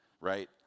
right